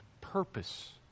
purpose